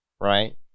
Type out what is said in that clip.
right